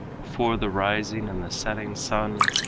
before the rising and the setting sun,